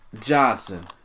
Johnson